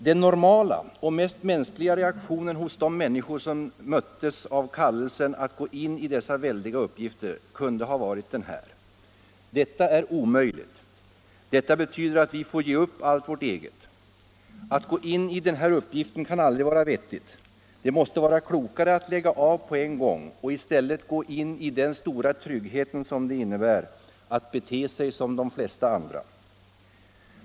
Den ”normala” och mest mänskliga reaktionen hos dem som nåddes av kallelsen att gå in i dessa väldiga uppgifter kunde ha varit denna: Detta är omöjligt. Detta betyder att vi får ge upp allt vårt eget. Att gå in i den här uppgiften kan aldrig vara vettigt. Det måste vara klokare att lägga av på en gång och i stället gå in i den stora trygghet som det innebär att bete sig som de flesta andra.